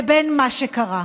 ובין מה שקרה.